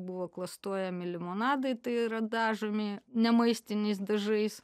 buvo klastojami limonadai tai yra dažomi ne maistiniais dažais